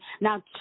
Now